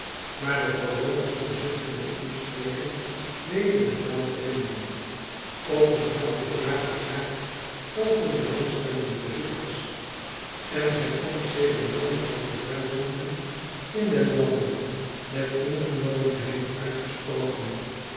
maar de bewoners van zutfen en omstreken weten het wel te vinden ook ontvangt het jaar op jaar tal van belangstellende bezoekers en zijn officiële naam wordt door duizenden in den lande met ingenomenheid uitgesproken